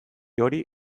hori